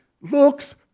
looks